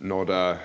Når der